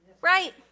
Right